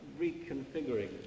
reconfiguring